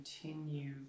continue